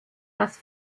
dass